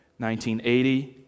1980